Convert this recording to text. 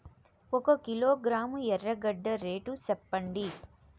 ఒక కిలోగ్రాము ఎర్రగడ్డ రేటు సెప్పండి?